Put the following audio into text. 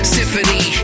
Symphony